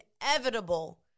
inevitable